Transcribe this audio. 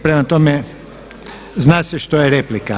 Prema tome, zna se što je replika.